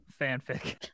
fanfic